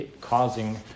causing